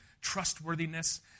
trustworthiness